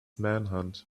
manhunt